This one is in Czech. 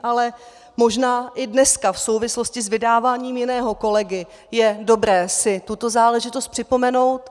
Ale možná i dneska, v souvislosti s vydáváním jiného kolegy, je dobré si tuto záležitost připomenout.